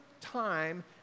time